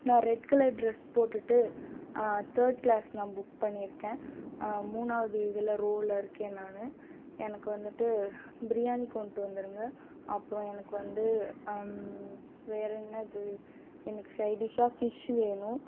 நான் red colour dress போட்டுட்டு third class நான் புக் பண்ணியிருக்கேன் மூணாவது இதில் ரோவில் இருக்கேன் நான் எனக்கு வந்துட்டு பிரியாணி கொண்டு வந்துடுங்க அப்புறம் எனக்கு வந்து வேறே என்னது எனக்கு சைடிஷ்ஷாக ஃபிஷ் வேணும்